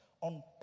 on